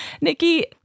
Nikki